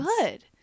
good